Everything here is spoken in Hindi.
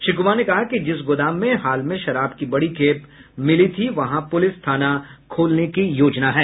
श्री कुमार ने कहा कि जिस गोदाम में हाल में शराब की बड़ी खेप मिली थी वहां पुलिस थाना खोलने की योजना है